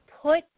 put